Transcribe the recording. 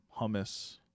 hummus